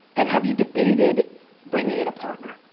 and have you debated bringing in a partner?